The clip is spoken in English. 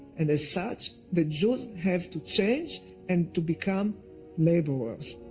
and as such, the jews have to change and to become laborers.